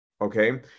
okay